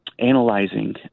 analyzing